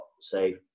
say